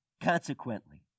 Consequently